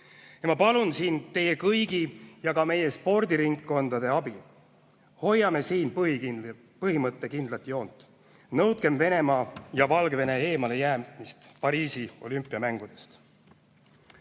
Ja ma palun siin teie kõigi, samuti meie spordiringkondade abi. Hoidkem põhimõttekindlat joont! Nõudkem Venemaa ja Valgevene eemalejäämist Pariisi olümpiamängudest!